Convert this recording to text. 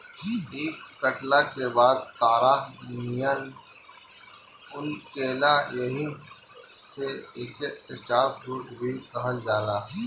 इ कटला के बाद तारा नियन लउकेला एही से एके स्टार फ्रूट भी कहल जाला